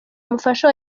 umufasha